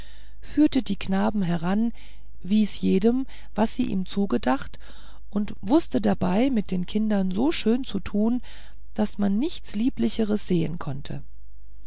führte die knaben heran wies jedem was sie ihm zugedacht und wußte dabei mit den kindern so schön zu tun daß man nichts lieblicheres sehen konnte